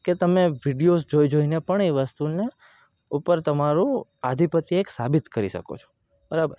કે તમે વિડીઓઝ જોઈ જોઈને પણ એ વસ્તુને ઉપર તમારું આધિપત્ય એક સાબિત કરી શકો છો બરાબર